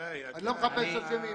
גיא, אתה בפרונט.